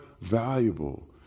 valuable